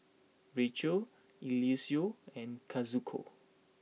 Rachelle Eliseo and Kazuko